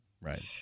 Right